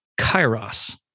Kairos